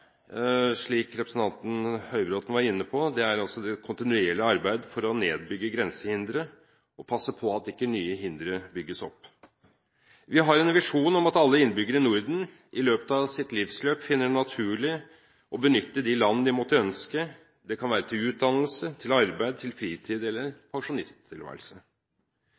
slik representanten Høybråten var inne på, er det kontinuerlige arbeidet for å nedbygge grensehindre og passe på at ikke nye hindre bygges opp. Vi har en visjon om at alle innbyggere i Norden i løpet av sitt livsløp finner det naturlig å benytte de land de måtte ønske – det kan være til utdannelse, til arbeid, til fritid, eller til pensjonisttilværelse.